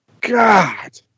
God